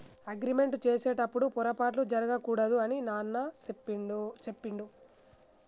agreement చేసేటప్పుడు పొరపాట్లు జరగకూడదు అని నాన్న చెప్పిండు